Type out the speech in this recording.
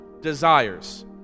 desires